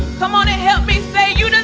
come on and help me say you know